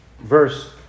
verse